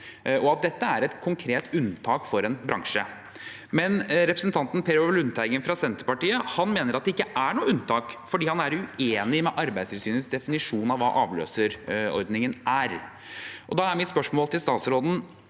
og at dette er et konkret unntak for en bransje, mens representanten Per Olaf Lundteigen fra Senterpartiet mener at det ikke er noe unntak, fordi han er uenig i Arbeidstilsynets definisjon av hva avløserordningen er. Da er mitt spørsmål til statsråden: